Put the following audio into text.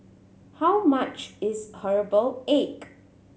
how much is herbal egg